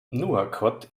nouakchott